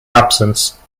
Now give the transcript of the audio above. absence